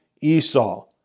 Esau